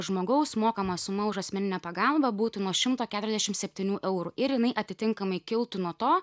žmogaus mokama suma už asmeninę pagalbą būtų nuo šimto keturiasdešim septynių eurų ir jinai atitinkamai kiltų nuo to